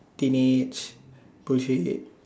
teenage bullshit it